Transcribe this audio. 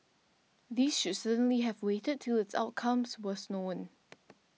these should certainly have waited till its outcomes was known